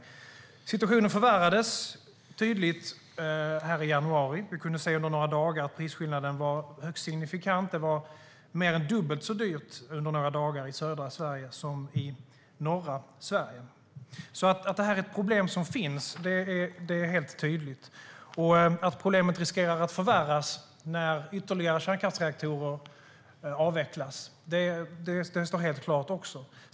Situationen förvärrades tydligt i januari. Vi kunde under några dagar se att prisskillnaden var högst signifikant. I södra Sverige var det under några dagar mer än dubbelt så dyrt som i norra Sverige. Det är tydligt att det finns ett problem. Att problemet riskerar att förvärras när ytterligare kärnkraftsreaktorer avvecklas står också helt klart.